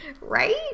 Right